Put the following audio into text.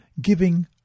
giving